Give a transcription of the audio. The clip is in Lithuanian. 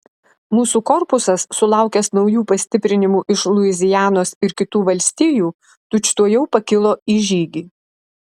mūsų korpusas sulaukęs naujų pastiprinimų iš luizianos ir kitų valstijų tučtuojau pakilo į žygį